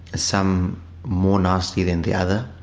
some more nasty than the other,